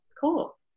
cool